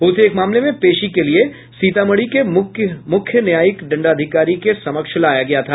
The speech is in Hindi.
उसे एक मामले में पेशी के लिए सीतामढ़ी के मुख्य न्यायिक दंडाधिकारी के समक्ष लाया गया था